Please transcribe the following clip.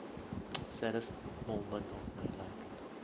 saddest moment of my life